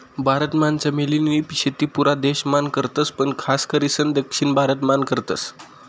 भारत मान चमेली नी शेती पुरा देश मान करतस पण खास करीसन दक्षिण भारत मान करतस